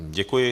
Děkuji.